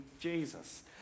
Jesus